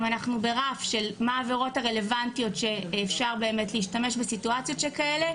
אם אנחנו ברף של מה העבירות הרלוונטיות שאפשר להשתמש בסיטואציות שכאלה,